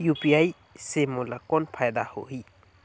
UPI से मोला कौन फायदा होही?